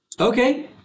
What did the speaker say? Okay